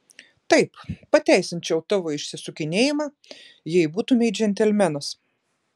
taip pateisinčiau tavo išsisukinėjimą jei būtumei džentelmenas